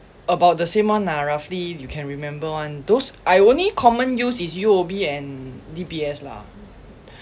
about the same one lah roughly you can remember [one] those I only common use is U_O_B and D_B_S lah